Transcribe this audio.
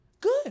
Good